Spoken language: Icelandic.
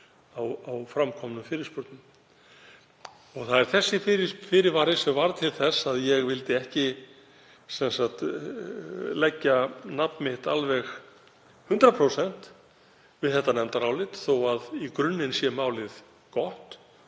á framkomnum fyrirspurnum. Það er þessi fyrirvari sem varð til þess að ég vildi ekki leggja nafn mitt alveg 100% við þetta nefndarálit. Þó að í grunninn sé málið gott